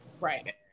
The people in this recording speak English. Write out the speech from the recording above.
Right